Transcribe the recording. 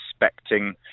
respecting